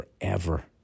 forever